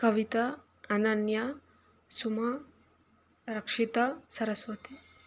Kavita Ananya Suma Rakshita Saraswati